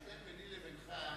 ההבדל ביני ובינך,